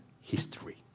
history